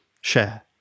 share